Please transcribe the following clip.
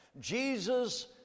Jesus